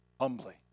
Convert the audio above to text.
humbly